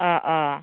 अ अ